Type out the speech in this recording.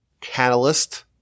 catalyst